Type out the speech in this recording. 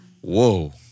whoa